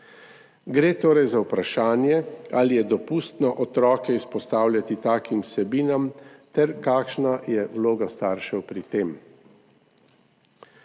Gre torej za vprašanje, ali je dopustno otroke izpostavljati takim vsebinam ter kakšna je vloga staršev pri tem.